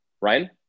Ryan